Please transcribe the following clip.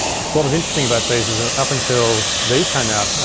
what was interesting about these is ah up until these came out,